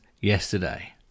yesterday